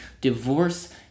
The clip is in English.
divorce